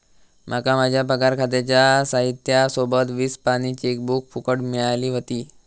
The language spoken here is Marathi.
माका माझ्या पगार खात्याच्या साहित्या सोबत वीस पानी चेकबुक फुकट मिळाली व्हती